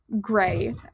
Gray